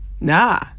Nah